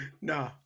No